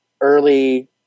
early